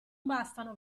bastano